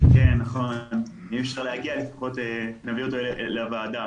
אם יש לך, וגם התייחסות לעניין חוק